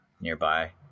nearby